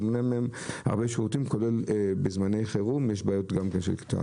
אבל בזמני חירום יש בעיות של קליטה.